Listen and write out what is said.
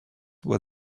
where